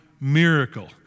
miracle